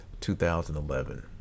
2011